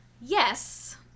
Yes